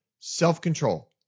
Self-control